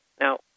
Now